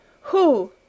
Who